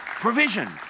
Provision